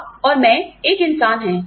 आप और मैं एक इंसान हैं